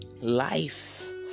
Life